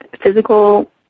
physical